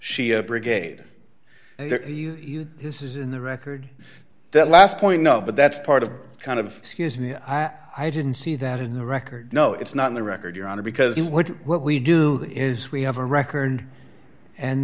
shia brigade this is in the record that last point no but that's part of kind of i didn't see that in the record no it's not in the record your honor because what we do is we have a record and